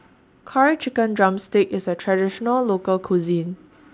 Curry Chicken Drumstick IS A Traditional Local Cuisine